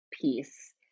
piece